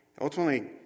Ultimately